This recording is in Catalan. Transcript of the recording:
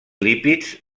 lípids